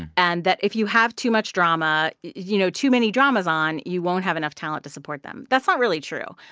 and that if you have too much drama, you know, too many dramas on, you won't have enough talent to support them. that's not really true.